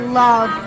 love